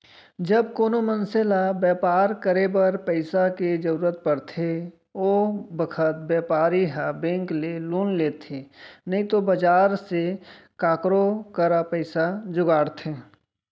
जब कोनों मनसे ल बैपार करे बर पइसा के जरूरत परथे ओ बखत बैपारी ह बेंक ले लोन लेथे नइतो बजार से काकरो करा पइसा जुगाड़थे